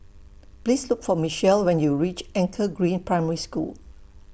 Please Look For Michele when YOU REACH Anchor Green Primary School